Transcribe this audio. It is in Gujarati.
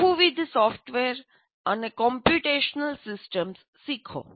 બહુવિધ સોફ્ટવેર અને કોમ્પ્યુટેશનલ સિસ્ટમ્સ શીખો